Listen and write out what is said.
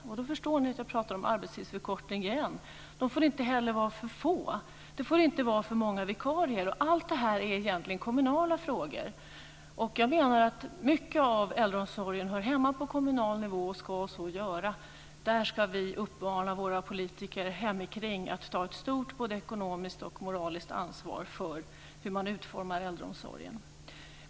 Då förstår ni att jag pratar om arbetstidsförkortning igen. De får inte heller vara för få. Det får inte vara för många vikarier. Allt detta är egentligen kommunala frågor. Jag menar att mycket av äldreomsorgen hör hemma på kommunal nivå och ska så göra. Vi ska uppmana våra politiker där hemma att ta ett stort ekonomiskt och moraliskt ansvar för hur man utformar äldreomsorgen.